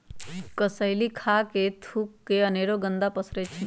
कसेलि खा कऽ थूक फेके से अनेरो गंदा पसरै छै